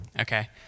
Okay